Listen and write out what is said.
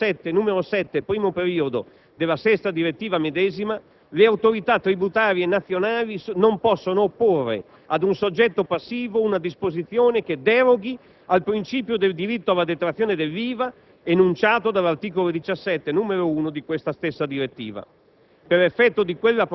all'articolo 17, n. 7, primo periodo, della direttiva medesima, le autorità tributarie nazionali non possono opporre ad un soggetto passivo una disposizione che deroghi al principio del diritto alla detrazione dell'IVA, enunciato all'articolo 17, n. 1, della stessa direttiva.